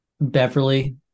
Beverly